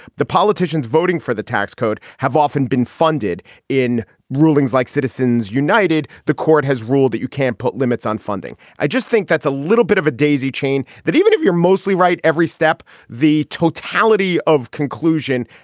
the politicians voting for the tax code have often been funded in rulings like citizens united. the court has ruled that you can't put limits on funding. i just think that's a little bit of a daisy chain that even if you're mostly right, every step, the totality of conclusion,